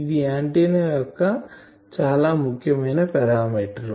ఇది ఆంటిన్నా యొక్క చాలా ముఖ్యమైన పారామీటర్